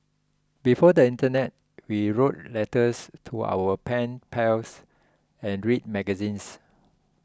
before the internet we wrote letters to our pen pals and read magazines